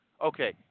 Okay